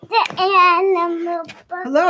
Hello